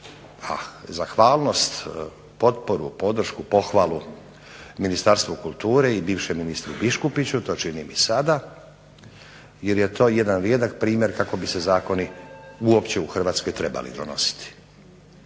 zahvalnost, potporu, podršku, pohvalu Ministarstvu kulture i bivšem ministru Biškupiću, to činim i sada, jer je to jedan rijedak primjer kako bi se zakoni uopće u Hrvatskoj trebali donositi.